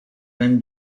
men